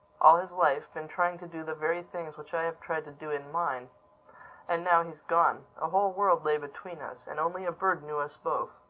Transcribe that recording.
all his life, been trying to do the very things which i have tried to do in mine and now he's gone a whole world lay between us and only a bird knew us both!